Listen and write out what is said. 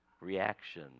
reaction